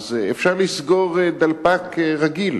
אז אפשר לסגור דלפק רגיל.